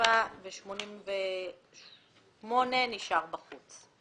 סעיפים 87 ו-88 נשארים בחוץ.